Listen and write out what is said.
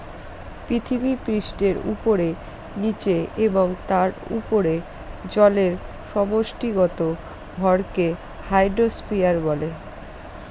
পৃথিবীপৃষ্ঠের উপরে, নীচে এবং তার উপরে জলের সমষ্টিগত ভরকে হাইড্রোস্ফিয়ার বলে